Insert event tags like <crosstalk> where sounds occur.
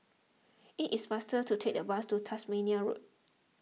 <noise> it is faster to take the bus to Tasmania Road